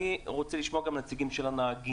אני רוצה לשמוע גם נציגים של הנהגים,